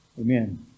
Amen